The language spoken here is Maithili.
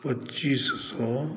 पच्चीस सए